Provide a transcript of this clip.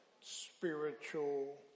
spiritual